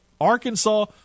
Arkansas